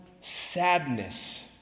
sadness